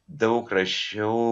daug rašiau